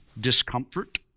discomfort